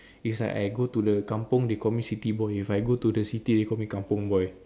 is like I go to the kampung they call me city boy if I go to the city they call me kampung boy